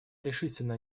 решительно